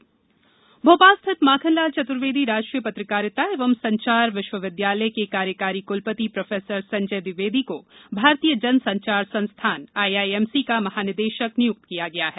नियुक्ति भोपाल स्थित माखनलाल चतुर्वेदी राष्ट्रीय पत्रकारिता एवं संचार विश्व विद्यालय के कार्यकारी कुलपति प्रोफेसर संजय द्विवेदी को भारतीय जन संचार संस्थान आईआईएमसी का महानिदेशक नियुक्त किया गया है